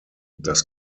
dass